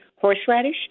Horseradish